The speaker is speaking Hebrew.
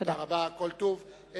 תודה רבה, כל טוב.